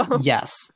Yes